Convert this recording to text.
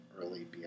early